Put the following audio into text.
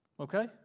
Okay